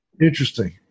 Interesting